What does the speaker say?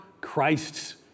Christ's